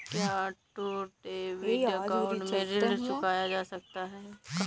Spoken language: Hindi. क्या ऑटो डेबिट अकाउंट से ऋण चुकाया जा सकता है?